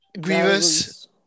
Grievous